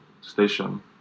station